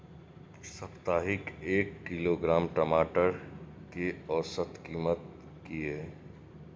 साप्ताहिक एक किलोग्राम टमाटर कै औसत कीमत किए?